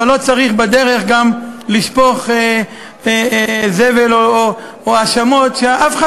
אבל לא צריך בדרך גם לשפוך זבל או האשמות שאף אחד